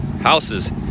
houses